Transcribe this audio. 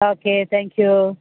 okay thank you